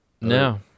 No